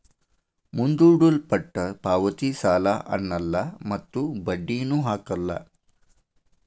ಮುಂದೂಡಲ್ಪಟ್ಟ ಪಾವತಿ ಸಾಲ ಅನ್ನಲ್ಲ ಮತ್ತು ಬಡ್ಡಿನು ಹಾಕಲ್ಲ